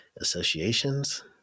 associations